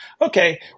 okay